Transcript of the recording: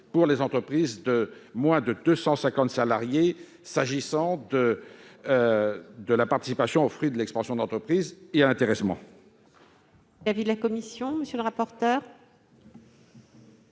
pour les entreprises de moins de 250 salariés s'agissant de la participation aux fruits de l'expansion de l'entreprise et de l'intéressement.